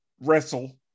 wrestle